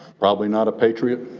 probably not a patriot,